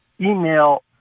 email